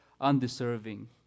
undeserving